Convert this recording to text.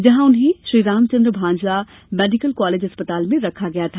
जहां उन्हें Shri Ram Chandra Bhanja medical college अस्पताल में रखा गया है